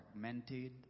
fragmented